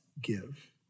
give